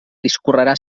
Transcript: discorrerà